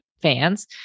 fans